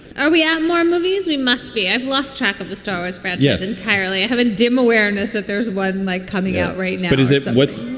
are we at more movie as we must be, i've lost track of the star wars crowd. yes, entirely. i have a dim awareness that there's one like coming out right but is it? but